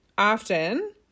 Often